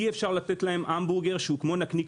אי אפשר לתת להם המבורגר שהוא כמו נקניק